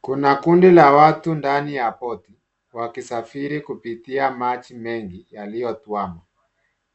Kuna kundi la watu ndani ya boti wakisafiri kupitia maji mengi, yaliyotuama.